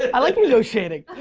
i like negotiating.